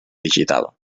digital